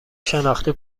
شناختی